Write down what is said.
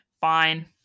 Fine